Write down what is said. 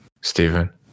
Stephen